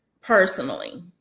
personally